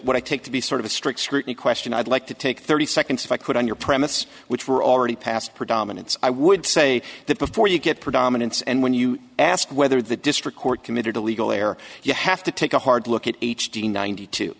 what i take to be sort of a strict scrutiny question i'd like to take thirty seconds if i could on your premise which we're already past predominance i would say that before you get predominance and when you ask whether the district court committed a legal air you have to take a hard look at h d ninety two